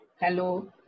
Hello